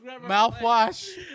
mouthwash